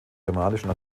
germanischen